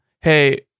hey